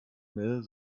mel